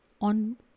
on